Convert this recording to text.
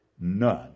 None